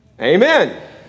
Amen